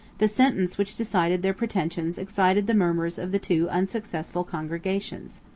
the sentence which decided their pretensions excited the murmurs of the two unsuccessful congregations.